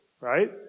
right